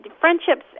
friendships